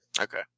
Okay